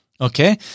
Okay